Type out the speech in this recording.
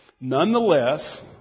Nonetheless